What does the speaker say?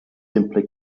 simply